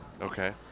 Okay